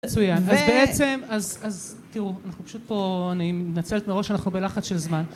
מצוין. אז בעצם, אז אז תראו, אנחנו פשוט פה, אני מתנצלת מראש, אנחנו בלחץ של זמן.